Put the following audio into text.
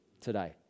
today